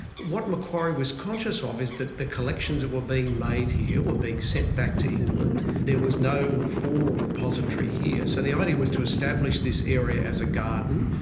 what macquarie was conscious ah of is that the collections that were being made here were being sent back to england. there was no formal repository here, so the idea was to establish this area as a garden,